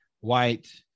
white